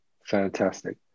Fantastic